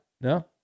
no